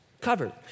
Covered